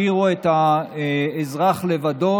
לא השאירו את האזרח לעמוד